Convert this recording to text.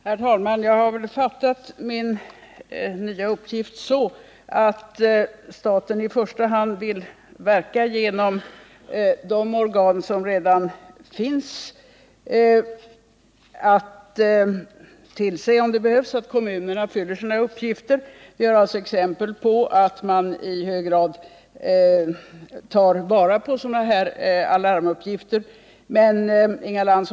Herr talman! I min nya uppgift har jag uppfattat saken så att staten i första hand har att verka genom de organ som redan finns för att om det behövs tillse att kommunerna uppfyller sina åligganden. Vi har sett exempel på att kommunen i hög grad tar fasta på alarmuppgifter av det här slaget.